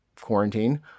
quarantine